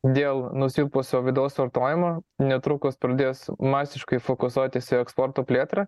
dėl nusilpusio vidaus vartojimo netrukus pradės masiškai fokusuotis į eksporto plėtrą